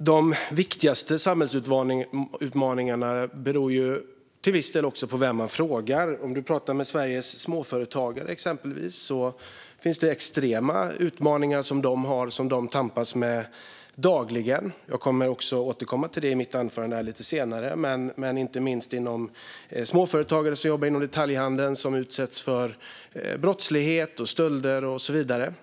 de viktigaste samhällsutmaningarna beror till viss del också på vem man frågar. Om man pratar med Sveriges småföretagare, exempelvis, hör man om de extrema utmaningar som de har och som de tampas med dagligen. Jag kommer att återkomma till detta lite senare i mitt anförande. Det gäller inte minst småföretagare som jobbar inom detaljhandeln som utsätts för brottslighet, stölder och så vidare.